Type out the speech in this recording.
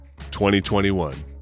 2021